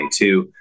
2022